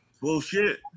Bullshit